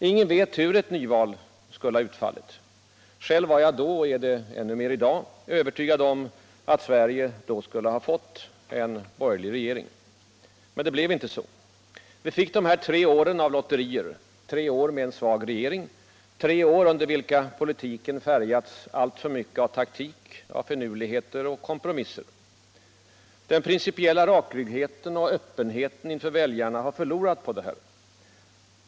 Ingen vet hur ett nyval skulle ha utfallit. Själv var jag då — och är det än mer i dag —- övertygad om att Sverige då skulle ha fått en borgerlig regering. Men det blev inte så. Vi fick dessa tre år av lotterier, tre år med en svag regering, tre år under vilka politiken har färgats allför mycket av taktik, av finurligheter och kompromisser. Den principiella rakryggheten och öppenheten inför väljarna har förlorat på detta.